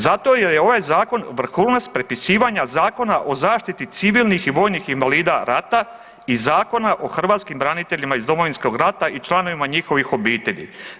Zato jer je ovaj zakon vrhunac prepisivanja Zakona o zaštiti civilnih i vojnih invalida rata i Zakona o hrvatskim braniteljima iz Domovinskog rata i članovima njihovih obitelji.